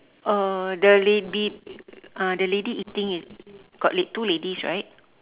uh the lady uh the lady eating got la~ two ladies right